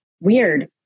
weird